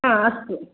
हा अस्तु